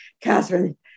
Catherine